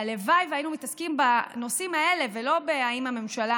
והלוואי שהיינו מתעסקים בנושאים האלה ולא בהאם הממשלה